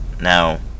Now